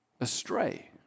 Astray